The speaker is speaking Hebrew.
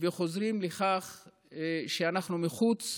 וחוזרים לכך שאנחנו מחוץ